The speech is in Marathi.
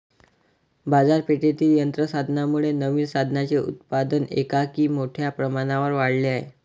बाजारपेठेतील यंत्र साधनांमुळे नवीन साधनांचे उत्पादन एकाएकी मोठ्या प्रमाणावर वाढले आहे